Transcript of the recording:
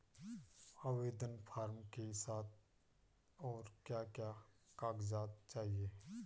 आवेदन फार्म के साथ और क्या क्या कागज़ात चाहिए?